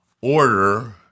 order